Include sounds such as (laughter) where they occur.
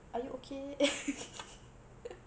are you okay (laughs)